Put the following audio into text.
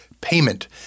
payment